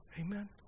Amen